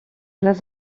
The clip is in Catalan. les